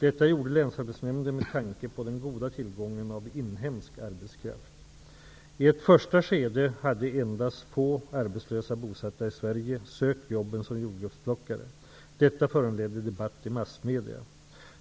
Detta gjorde Länsarbetsnämnden med tanke på den goda tillgången på inhemsk arbetskraft. I ett första skede hade endast få arbetslösa bosatta i Sverige sökt jobben som jordgubbsplockare. Detta föranledde debatt i massmedia.